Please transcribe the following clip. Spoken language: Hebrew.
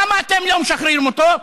למה אתם לא משחררים אותה?